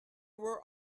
were